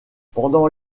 pendant